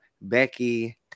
Becky